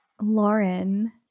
Lauren